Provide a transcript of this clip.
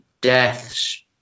deaths